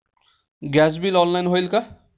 Gas bill online होईल का?